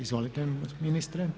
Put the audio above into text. Izvolite ministre.